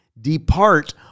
Depart